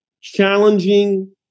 challenging